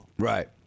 Right